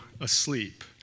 asleep